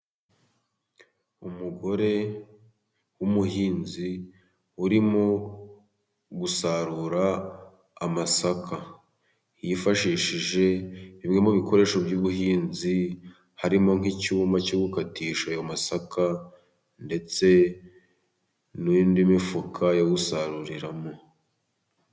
Umugore w'umuhinzi urimo gusarura amasaka. Yifashishije bimwe mu bikoresho by'ubuhinzi harimo, nk'icyuma cyo gukatisha ayo masaka, ndetse n'indi mifuka yo gusaruriramo.